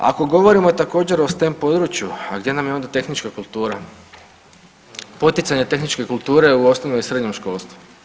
Ako govorimo također o stem području, a gdje nam je onda tehnička kultura, poticanje tehničke kulture u osnovno i srednje školstvu?